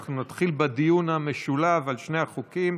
אנחנו נתחיל בדיון המשולב על שני החוקים.